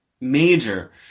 major